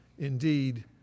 indeed